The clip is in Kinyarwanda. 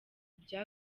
bya